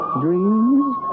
dreams